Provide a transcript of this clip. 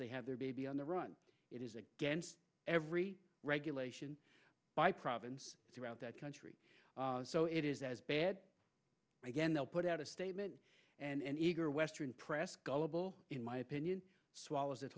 they have their baby on the run it is against every regulation by province throughout that country so it is as bed again they'll put out a statement and eager western press gullible in my opinion swallow